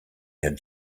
had